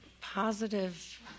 positive